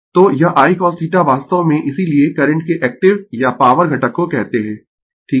तो यह I cosθ वास्तव में इसीलिये करंट के एक्टिव या पॉवर घटक को कहते है ठीक है